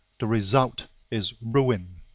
the result is ruin.